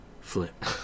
flip